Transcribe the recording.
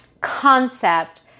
concept